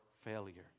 failure